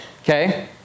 Okay